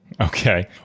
Okay